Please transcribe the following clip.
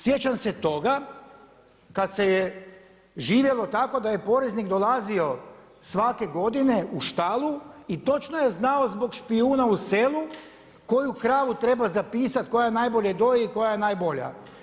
Sjećam se toga kad se je živjelo tako da je poreznik dolazio svake godine u štalu i točno je znao zbog špijuna u selu koju kravu treba zapisat koja najbolje doji i koja je najbolja.